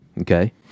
Okay